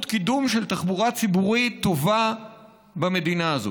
קידום של תחבורה ציבורית טובה במדינה הזאת.